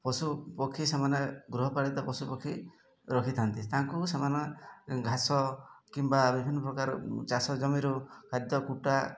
ପଶୁପକ୍ଷୀ ସେମାନେ ଗୃହପାଳିତ ପଶୁପକ୍ଷୀ ରଖିଥାନ୍ତି ତାଙ୍କୁ ସେମାନେ ଘାସ କିମ୍ବା ବିଭିନ୍ନ ପ୍ରକାର ଚାଷ ଜମିରୁ ଖାଦ୍ୟ କୁଟା